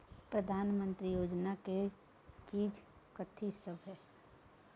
प्रधानमंत्री योजना की चीज कथि सब?